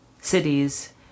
cities